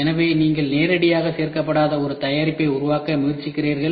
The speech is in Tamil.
எனவே நீங்கள் நேரடியாக சேர்க்கப்படாத ஒரு தயாரிப்பை உருவாக்க முயற்சிக்கிறீர்கள்